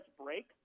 break